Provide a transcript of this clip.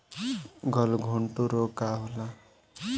गलघोंटु रोग का होला?